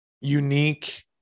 unique